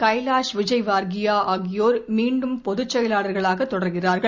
Kailash Vijayvargiya ஆகியோர் மீண்டும் பொதுச் செயலாளர்களாக தொடர்கிறார்கள்